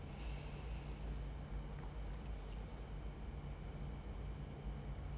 okay fair enough fair enough